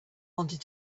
wanted